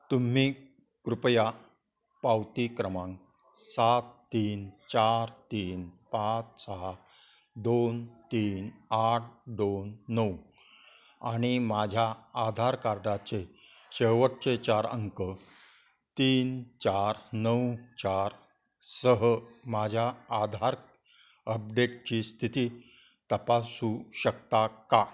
तुम्ही कृपया पावती क्रमांक सात तीन चार तीन पाच सहा दोन तीन आठ दोन नऊ आणि माझ्या आधार कार्डाचे शेवटचे चार अंक तीन चार नऊ चार सह माझ्या आधार अपडेटची स्थिती तपासू शकता का